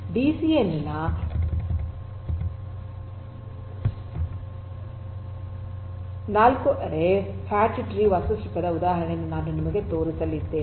DCN ನ 4 ary fat tree ವಾಸ್ತುಶಿಲ್ಪದ ಉದಾಹರಣೆಯನ್ನು ನಾನು ನಿಮಗೆ ತೋರಿಸಲಿದ್ದೇನೆ